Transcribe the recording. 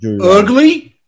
ugly